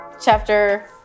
chapter